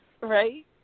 Right